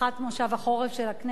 בפתיחת מושב החורף של הכנסת,